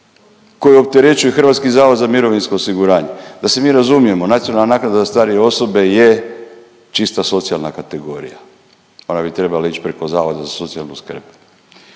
koji opterećuju HZMO. Da se mi razumijemo, nacionalna naknada za starije osobe je čista socijalna kategorija, ona bi trebala ić preko Zavoda za socijalnu skrb.